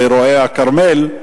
באירועי הכרמל,